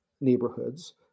neighborhoods